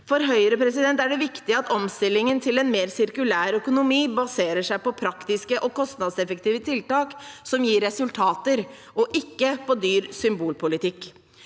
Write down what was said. For Høyre er det viktig at omstillingen til en mer sirkulær økonomi baserer seg på praktiske og kostnadseffektive tiltak som gir resultater, ikke på dyr symbolpolitikk.